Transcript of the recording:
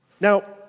Now